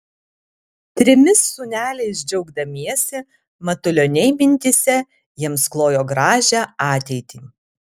trimis sūneliais džiaugdamiesi matulioniai mintyse jiems klojo gražią ateitį